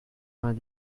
vingt